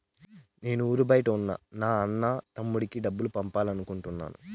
నేను ఊరి బయట ఉన్న నా అన్న, తమ్ముడికి డబ్బులు పంపాలి అనుకుంటున్నాను